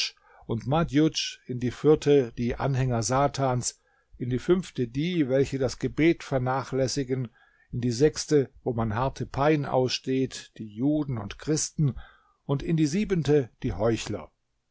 und madjudsch in die vierte die anhänger satans in die fünfte die welche das gebet vernachlässigen in die sechste wo man harte pein aussteht die juden und christen und in die siebente die heuchler